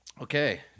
okay